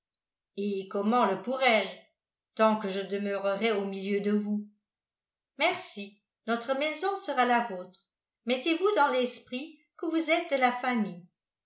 et comment le pourrais-je tant que je demeurerai au milieu de vous merci notre maison sera la vôtre mettez-vous dans l'esprit que vous êtes de la famille